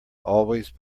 always